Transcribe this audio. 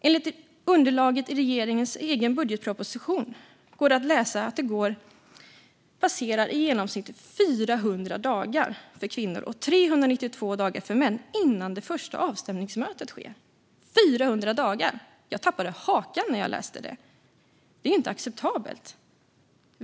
Enligt underlaget i regeringens egen budgetproposition går det i genomsnitt 400 dagar för kvinnor och 392 dagar för män innan det första avstämningsmötet sker - 400 dagar! Jag tappade hakan när jag läste det. Det är inte acceptabelt.